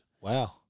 Wow